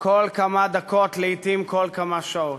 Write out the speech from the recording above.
כל כמה דקות, לעתים כל כמה שעות,